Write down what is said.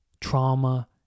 trauma